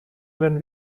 wenn